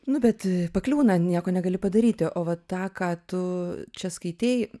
nu bet pakliūna nieko negali padaryti o vat tą ką tu čia skaitei